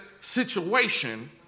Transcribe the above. situation